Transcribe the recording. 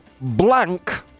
Blank